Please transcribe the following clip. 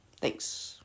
Thanks